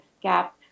gap